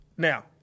Now